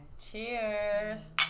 Cheers